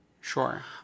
Sure